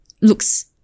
looks